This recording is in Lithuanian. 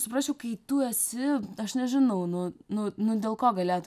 suprasčiau kai tu esi aš nežinau nu nu nu dėl ko galėtų